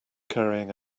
carrying